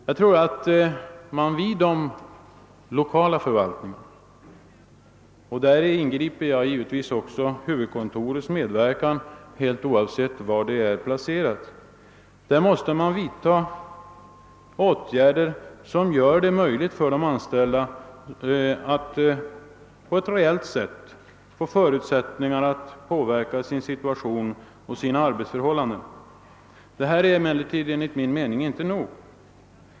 Jag anser att man vid de lokala förvaltningarna — och däri inbegriper jag givetvis huvudkontoret, oavsett var det är placerat — måste vidta åtgärder som gör det möjligt för de anställda att på ett reellt sätt påverka sin situation och sina arbetsförhållanden. Detta är emellertid enligt min mening inte nog.